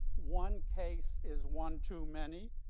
one case is one too many.